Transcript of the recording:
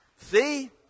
See